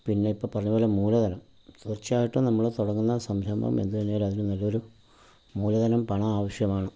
പിന്നെ ഇപ്പോൾ പറഞ്ഞത് പോലെ മൂലധനം തീർച്ചയായിട്ടും നമ്മള് തുടങ്ങുന്ന സംരംഭം എന്ത് തന്നെയായാലും അതിന് നല്ലൊരു മൂലധനം പണം ആവശ്യമാണ്